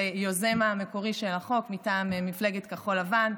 ליוזם המקורי של החוק מטעם מפלגת כחול לבן,